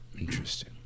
interesting